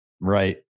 Right